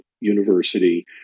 University